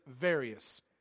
various